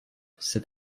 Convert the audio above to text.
cet